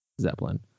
zeppelin